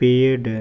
पेड़